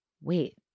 wait